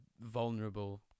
vulnerable